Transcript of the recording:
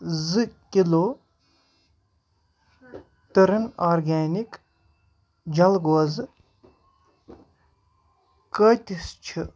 زٕ کِلوٗ تٔرن آرگٮ۪نِک جل گوزٕ کۭتِس چھِ